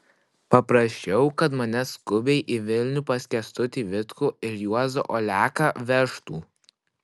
paprašiau kad mane skubiai į vilnių pas kęstutį vitkų ir juozą oleką vežtų